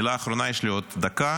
מילה אחרונה, יש לי עוד דקה,